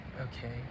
okay